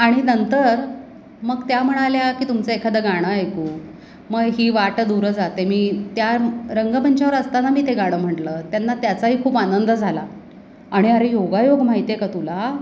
आणि नंतर मग त्या म्हणाल्या की तुमचं एखादं गाणं ऐकू मग ही वाट दूर जाते मी त्या रंगमंचावर असताना मी ते गाणं म्हटलं त्यांना त्याचाही खूप आनंद झाला आणि अरे योगायोग माहिती आहे का तुला